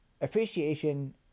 Appreciation